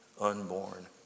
unborn